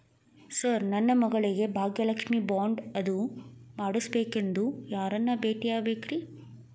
Sir ನನ್ನ ಮಗಳಿಗೆ Bhagyalakshmi bond ಅದು ಮಾಡಿಸಬೇಕೆಂದು ಯಾರನ್ನ ಭೇಟಿಯಾಗಬೇಕ್ರಿ?